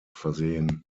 versehen